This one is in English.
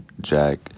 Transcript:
Jack